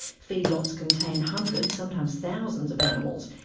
feedlots contain hundreds, sometimes thousands of animals,